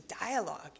dialogue